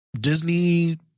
Disney